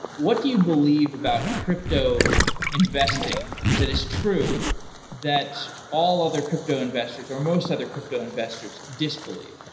what do you believe about crypto investing that is true that all other crypto investors, or most other crypto investors disbelieve?